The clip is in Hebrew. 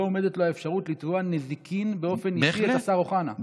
לא עומדת לו האפשרות לתבוע נזיקין באופן ישיר את השר אוחנה,